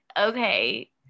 okay